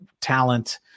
talent